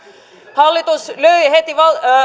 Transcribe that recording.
hallitus löi heti